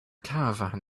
caravan